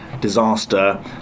disaster